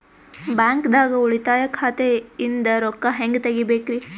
ಬ್ಯಾಂಕ್ದಾಗ ಉಳಿತಾಯ ಖಾತೆ ಇಂದ್ ರೊಕ್ಕ ಹೆಂಗ್ ತಗಿಬೇಕ್ರಿ?